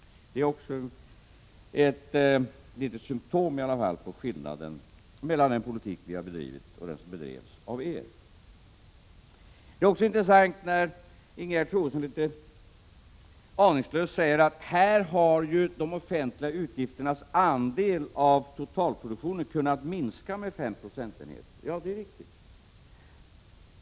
Det är i varje fall ett litet symtom på skillnaden mellan den politik som vi har bedrivit och den som bedrevs av er. Det är också intressant att Ingegerd Troedsson litet aningslöst säger att de offentliga utgifternas andel av totalproduktionen har kunnat minska med 5 procentenheter. Ja, det är riktigt.